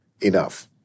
enough